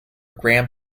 graham